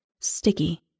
Sticky